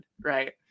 right